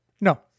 No